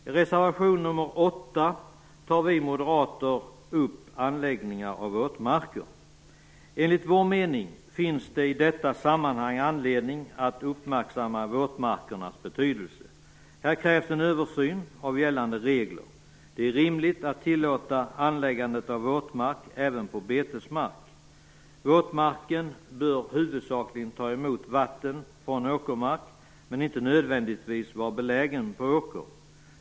I reservation nr 8 tar vi moderater upp frågan om anläggningar av våtmarker. Enligt vår mening finns det i detta sammanhang anledning att uppmärksamma våtmarkernas betydelse. Här krävs en översyn av gällande regler. Det är rimligt att tillåta anläggande av våtmark även på betesmark. Våtmarken bör huvudsakligen ta emot vatten från åkermark men behöver inte nödvändigtvis vara belägen på åker.